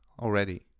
already